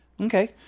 Okay